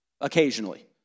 occasionally